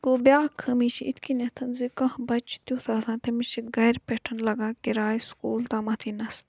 گوٚو بیاکھ خٲمی چھِ اِتھکنتھ زِ کانٛہہ بَچہِ چھُ تیُتھ آسان تٔمِس چھِ گَرِ پٮ۪ٹھ لَگان کِراے سُکوٗل تامَتھ یِنَس